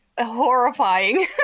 horrifying